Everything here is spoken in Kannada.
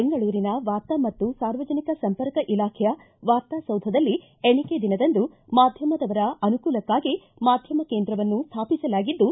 ಬೆಂಗಳೂರಿನ ವಾರ್ತಾ ಮತ್ತು ಸಾರ್ವಜನಿಕ ಸಂಪರ್ಕ ಇಲಾಖೆಯ ವಾರ್ತಾ ಸೌಧದಲ್ಲಿ ಎಣಿಕೆ ದಿನದಂದು ಮಾಧ್ಯಮದವರ ಅನುಕೂಲಕ್ಷಾಗಿ ಮಾಧ್ಯಮ ಕೇಂದ್ರವನ್ನು ಸ್ಥಾಪಿಸಲಾಗಿದ್ದು